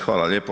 Hvala lijepo.